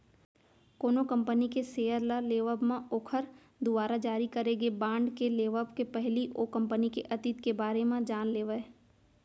कोनो कंपनी के सेयर ल लेवब म ओखर दुवारा जारी करे गे बांड के लेवब के पहिली ओ कंपनी के अतीत के बारे म जान लेवय